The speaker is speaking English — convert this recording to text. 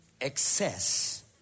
Excess